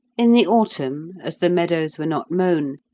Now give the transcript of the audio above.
in the autumn, as the meadows were not mown,